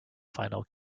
final